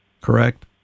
correct